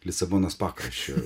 lisabonos pakraščio